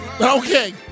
okay